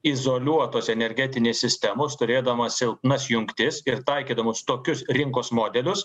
izoliuotos energetinės sistemos turėdamas silpnas jungtis ir taikydamos tokius rinkos modelius